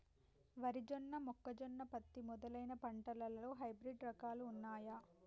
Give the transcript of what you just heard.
వరి జొన్న మొక్కజొన్న పత్తి మొదలైన పంటలలో హైబ్రిడ్ రకాలు ఉన్నయా?